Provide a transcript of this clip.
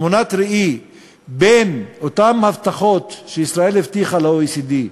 תמונת ראי של אותן הבטחות שישראל הבטיחה ל-OECD,